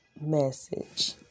message